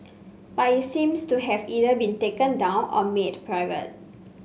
but it seems to have either been taken down or made private